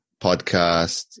podcast